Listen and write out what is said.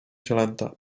cielęta